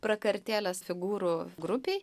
prakartėlės figūrų grupei